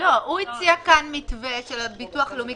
הוא הציע כאן מתווה של הביטוח הלאומי.